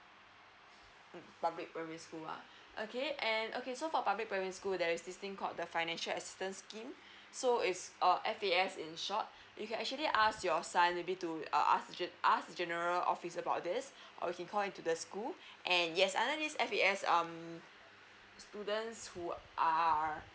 mm public primary school ah okay and okay so for public primary school there's this thing called the financial assistance scheme so it's err F A S in short you can actually ask your son maybe to uh ask ask the general office about this or you can call into the school and yes under this F_A_S um students who are